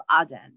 Aden